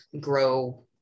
grow